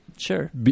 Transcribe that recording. Sure